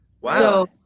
wow